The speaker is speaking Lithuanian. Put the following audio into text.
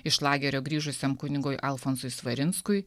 iš lagerio grįžusiam kunigui alfonsui svarinskui